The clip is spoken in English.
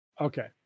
Okay